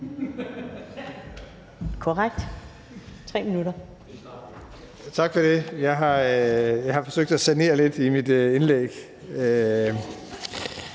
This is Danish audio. (Jeppe Bruus): Tak for det. Jeg har forsøgt at sanere lidt i mit indlæg,